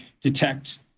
detect